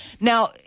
Now